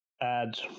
add